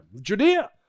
Judea